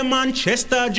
Manchester